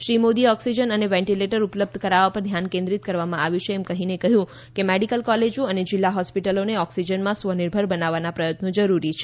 શ્રી મોદીએ ઓક્સિજન અને વેન્ટિલેટર ઉપલબ્ધ કરાવવા પર ધ્યાન કેન્દ્રિત કરવામાં આવ્યું છે એમ કહીને કહ્યું કે મેડિકલ કોલેજો અને જિલ્લા હોસ્પિટલોને ઓક્સિજનમાં સ્વનિર્ભર બનાવવાના પ્રયત્નો જરૂરી છે